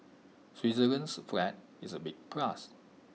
Switzerland's flag is A big plus